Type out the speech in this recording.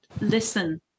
listen